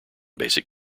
basic